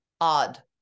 Odd